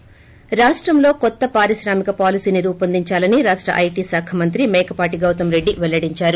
ి రాష్టంలో కొత్త పారిశ్రామిక పాలసీని రూపొందించాలని రాష్ట ఐటి శాఖ మంత్రి మేకపాటి గౌతమ్ రెడ్డి పెల్లడించారు